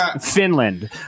Finland